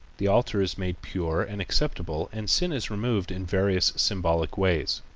the altar is made pure and acceptable and sin is removed in various symbolic ways.